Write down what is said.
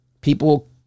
people